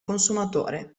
consumatore